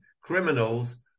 criminals